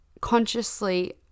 consciously